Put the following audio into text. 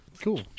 Cool